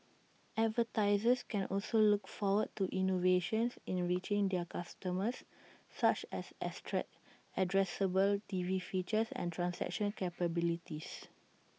advertisers can also look forward to innovations in reaching their customers such as addressable T V features and transaction capabilities